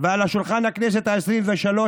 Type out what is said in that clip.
ועל שולחן הכנסת העשרים-ושלוש,